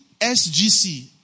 SGC